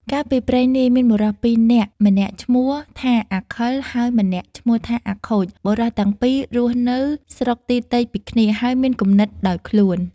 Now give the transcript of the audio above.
កាលពីព្រេងនាយមានបុរស២នាក់ម្នាក់ឈ្មោះថាអាខិលហើយ ម្នាក់ឈ្មោះថាអាខូចបុរសទាំងពីររស់នៅស្រុកទីទៃពីគ្នាហើយមានគំនិតដោយខ្លួន។